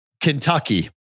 Kentucky